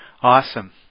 Awesome